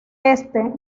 éste